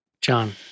John